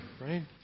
right